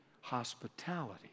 hospitality